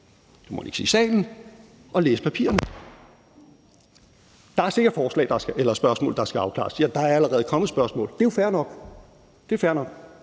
må man ikke sige i salen, og læse papirerne. Der er sikkert spørgsmål, der skal afklares. Ja, der er allerede kommet spørgsmål; det er jo fair nok.